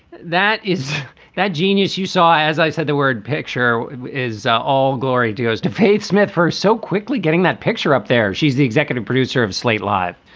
that is that genius you saw. as i said, the word picture is all glory goes to faith smith for so quickly getting that picture up there. she's the executive producer of slate live.